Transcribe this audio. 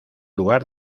lugar